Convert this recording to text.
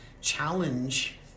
challenge